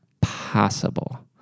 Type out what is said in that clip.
possible